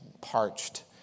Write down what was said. parched